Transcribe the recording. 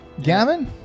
Gavin